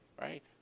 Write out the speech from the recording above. right